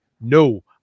No